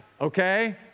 okay